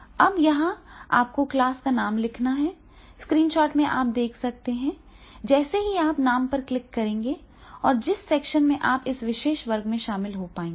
अब यहाँ आपको क्लास का नाम लिखना है स्क्रीन शॉट में देख सकते हैं कि जैसे ही आप नाम पर क्लिक करेंगे और जिस सेक्शन में आप इस विशेष वर्ग में शामिल हो पाएंगे